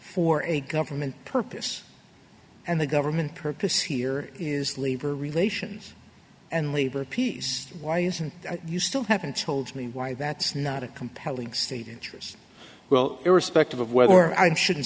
for a government purpose and the government purpose here is labor relations and labor peace why isn't it you still haven't told me why that's not a compelling state interest well irrespective of whether or i'm shouldn't